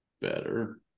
better